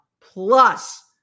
plus